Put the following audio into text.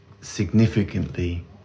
significantly